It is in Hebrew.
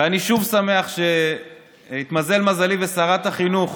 ואני שוב שמח שהתמזל מזלי ושרת החינוך